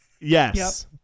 Yes